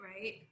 right